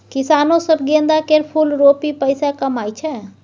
किसानो सब गेंदा केर फुल रोपि पैसा कमाइ छै